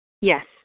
Yes